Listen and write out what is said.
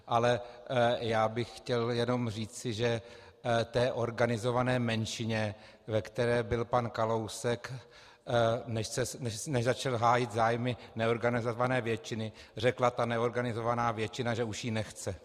Ale já bych chtěl jenom říci, že té organizované menšině, ve které byl pan Kalousek, než začal hájit zájmy neorganizované většiny, řekla ta neorganizovaná většina, že už ji nechce.